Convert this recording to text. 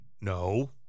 no